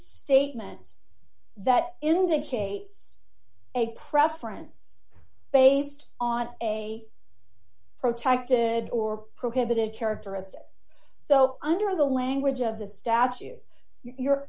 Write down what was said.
statement that indicates a preference based on a protected or prohibited characteristic so under the language of the statute you're